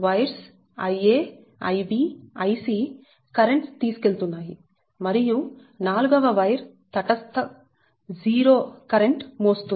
wires Ia Ib Ic currents తీసుకు వెళ్తున్నాయి మరియు నాలుగవ వైర్ తటస్థం 0 కరెంట్ మోస్తుంది